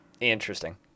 Interesting